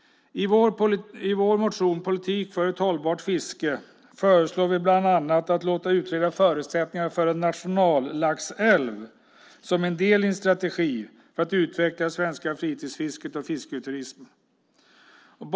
I vår motion Politik för ett hållbart fiske föreslår vi bland annat att låta utreda förutsättningarna för en "nationallaxälv" som en del i en strategi för att utveckla det svenska fritidsfisket och fisketurismen.